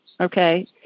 Okay